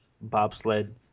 bobsled